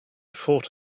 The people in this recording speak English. fought